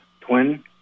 twin